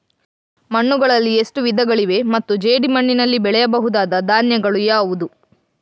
ಮಣ್ಣುಗಳಲ್ಲಿ ಎಷ್ಟು ವಿಧಗಳಿವೆ ಮತ್ತು ಜೇಡಿಮಣ್ಣಿನಲ್ಲಿ ಬೆಳೆಯಬಹುದಾದ ಧಾನ್ಯಗಳು ಯಾವುದು?